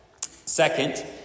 Second